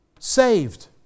saved